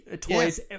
toys